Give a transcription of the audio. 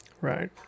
right